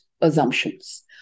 assumptions